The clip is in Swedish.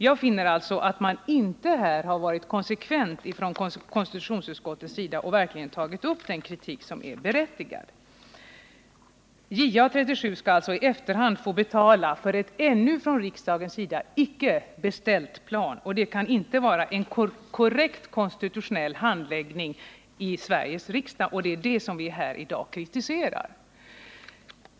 Jag finner att man här inte varit konsekvent från konstitutionsutskottets majoritets sida — man har inte följt upp med den kritik som är berättigad. JA 37 skall i efterhand få betala för ett ännu icke av riksdagen beställt plan. Det kan inte vara en korrekt konstitutionell handläggning i Sveriges riksdag, och det är det som vi här i dag kritiserar.